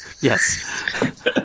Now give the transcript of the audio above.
yes